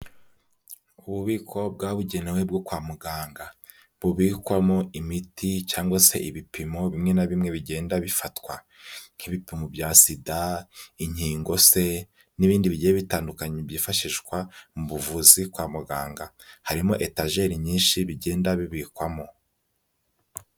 Ububiko bwabugenewe bwo kwa muganga bubikwamo imiti cyangwa se ibipimo bimwe na bimwe bigenda bifatwa, nk'ibipimo bya sida, inkingo se, n'ibindi bigiye bitandukanye byifashishwa mu buvuzi kwa muganga, harimo etajeri nyinshi bigenda bibikwamo.